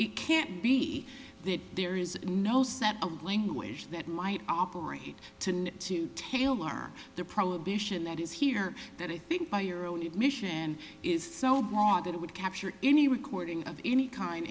it can't be that there is no set of language that might operate to need to tailor the prohibition that is here that i think by your own admission is so bought that it would capture any recording of any kind